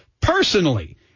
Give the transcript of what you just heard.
Personally